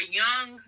young